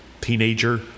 teenager